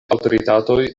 aŭtoritatoj